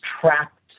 trapped